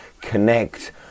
connect